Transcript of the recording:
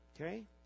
Okay